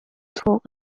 talk